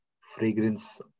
fragrance